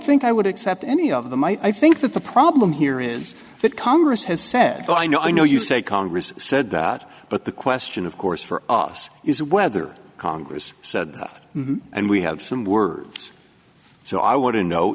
think i would accept any of them i think that the problem here is that congress has said well i know i know you say congress said that but the question of course for us is whether congress said and we have some words so i want to know